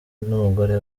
n’umugore